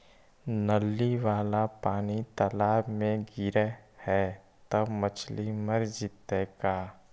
नली वाला पानी तालाव मे गिरे है त मछली मर जितै का?